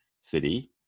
city